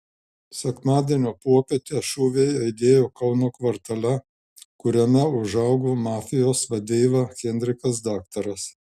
sekmadienio popietę šūviai aidėjo kauno kvartale kuriame užaugo mafijos vadeiva henrikas daktaras